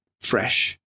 fresh